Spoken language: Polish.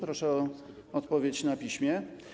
Proszę o odpowiedź na piśmie.